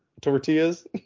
tortillas